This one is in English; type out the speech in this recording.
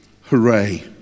Hooray